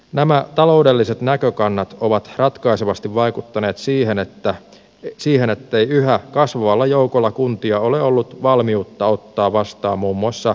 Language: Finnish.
nämä taloudelliset näkökannat ovat ratkaisevasti vaikuttaneet siihen ettei yhä kasvavalla joukolla kuntia ole ollut valmiutta ottaa vastaan muun muassa kiintiöpakolaisia